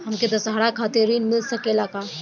हमके दशहारा खातिर ऋण मिल सकेला का?